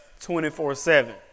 24-7